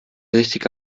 richtige